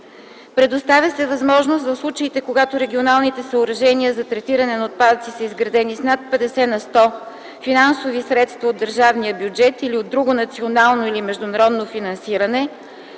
Предоставя се възможност в случаите, когато регионалните съоръжения за третиране на отпадъци са изградени с над 50 на сто финансови средства от държавния бюджет или от друго национално или международно финансиране,